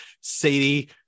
sadie